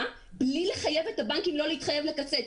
בלי לחייב את הבנקים לא להתחייב לקצץ.